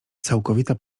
całkowita